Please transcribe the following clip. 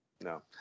no